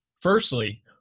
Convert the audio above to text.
Firstly